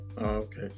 Okay